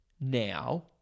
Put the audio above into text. now